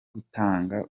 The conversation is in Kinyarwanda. gutanga